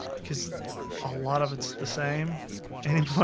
because a lot of it's the same anyway,